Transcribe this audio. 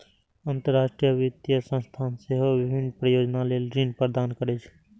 अंतरराष्ट्रीय वित्तीय संस्थान सेहो विभिन्न परियोजना लेल ऋण प्रदान करै छै